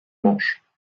manches